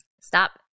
stop